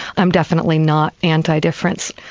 i'm definitely not anti-difference.